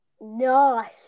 Nice